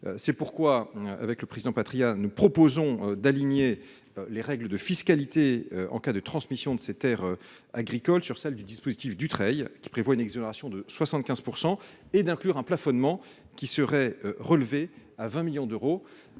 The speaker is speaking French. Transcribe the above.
C’est pourquoi nous proposons d’aligner les règles de fiscalité en cas de transmission de ces terres agricoles sur celles du dispositif Dutreil, qui prévoit une exonération de 75 % avec un plafonnement relevé à 20 millions d’euros.